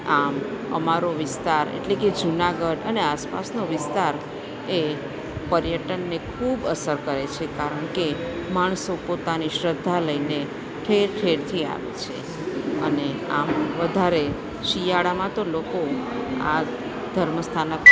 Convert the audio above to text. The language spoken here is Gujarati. આમ અમારો વિસ્તાર એટલે કે જુનાગઢ અને આસપાસનો વિસ્તાર એ પર્યટનને ખૂબ અસર કરે છે કારણ કે માણસો પોતાની શ્રદ્ધા લઈને ઠેર ઠેરથી આવે છે અને આમ વધારે શિયાળામાં તો લોકો આ ધર્મ સ્થાનક